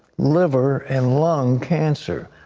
liver and lung cancer.